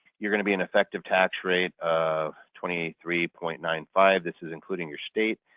you're going to be an effective tax rate of twenty three point nine five this is including your state,